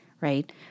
Right